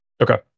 Okay